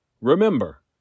Remember